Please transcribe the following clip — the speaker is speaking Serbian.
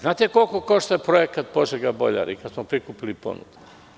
Znate li koliko košta projekat Požega-Boljari kad smo prikupili ponude?